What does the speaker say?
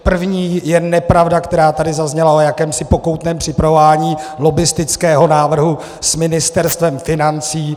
První je nepravda, která tady zazněla o jakémsi pokoutním připravování lobbistického návrhu s Ministerstvem financí.